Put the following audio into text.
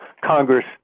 Congress